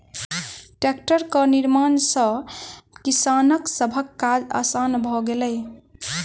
टेक्टरक निर्माण सॅ किसान सभक काज आसान भ गेलै